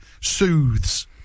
Soothes